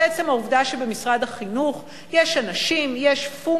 עצם העובדה שבמשרד החינוך יש פונקציה,